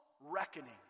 reckoning